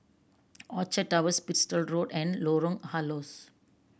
Orchard Towers Bristol Road and Lorong Halus